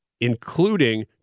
including